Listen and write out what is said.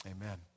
Amen